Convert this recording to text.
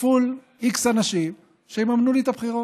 כפול x אנשים שיממנו לי את הבחירות.